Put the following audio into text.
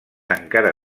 encara